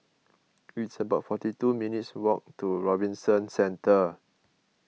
it's about forty two minutes' walk to Robinson Centre